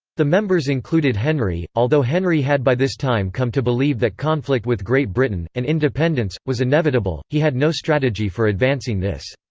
the members included henry although henry had by this time come to believe that conflict with great britain, and independence, was inevitable, he had no strategy for advancing this.